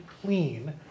clean